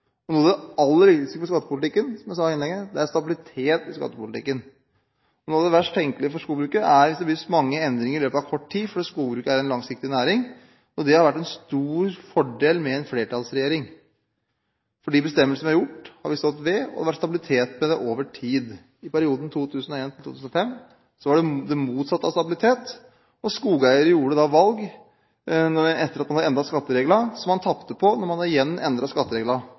viktig. Noe av det aller viktigste med skattepolitikken, er, som jeg sa i innlegget mitt, stabilitet. Noe av det verst tenkelige for skogbruket er mange endringer i løpet av kort tid, for skogbruket er en langsiktig næring. Det har derfor vært en stor fordel med en flertallsregjering – de bestemmelsene vi har tatt, har vi stått ved, og det har vært stabilitet over tid. I perioden 2001–2005 var det det motsatte av stabilitet. Skogeiere gjorde da valg etter at man hadde endret skattereglene, som man tapte på da man igjen